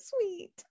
sweet